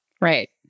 Right